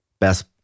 best